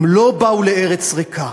הם לא באו לארץ ריקה.